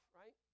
right